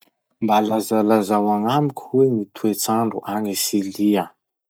Mba lazalazao agnamiko hoe gny toetsandro agny Silia?